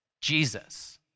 Jesus